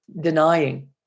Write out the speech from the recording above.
denying